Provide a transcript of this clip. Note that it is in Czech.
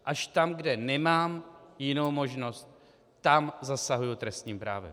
Až tam, kde nemám jinou možnost, tam zasahuji trestním právem.